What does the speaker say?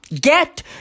Get